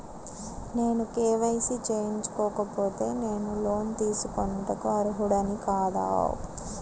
నేను కే.వై.సి చేయించుకోకపోతే నేను లోన్ తీసుకొనుటకు అర్హుడని కాదా?